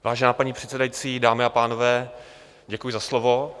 Vážená paní předsedající, dámy a pánové, děkuji za slovo.